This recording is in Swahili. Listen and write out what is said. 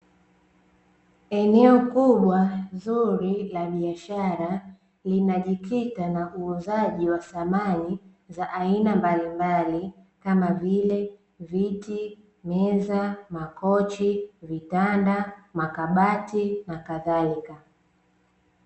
Eneo kubwa zuri la biashara linajikita na uuzaji wa samani za aina mbalimbali kam vile; viti, meza, makochi, vitanda, makabati na kadhalika.